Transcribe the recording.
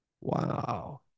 Wow